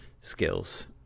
skills